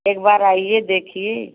एक बार आइए देखिए